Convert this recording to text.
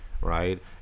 right